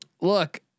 look